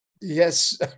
yes